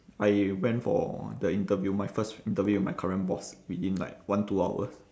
I went for the interview my first interview with my current boss within like one two hours